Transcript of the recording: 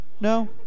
no